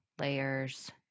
layers